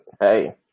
hey